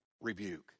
rebuke